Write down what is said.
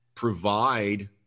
provide